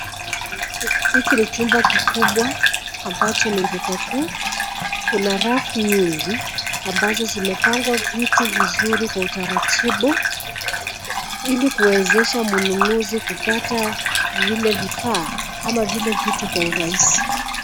Hiki ni chumba kikubwa ambacho ni duka kuu, kuna rafu nyingi ambazo zimepangwa vitu vizuri kwa utaratibu, ili kuwezesha mnunuzi kupata vile vifaa, ama vile vitu kwa urahisi.